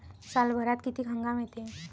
सालभरात किती हंगाम येते?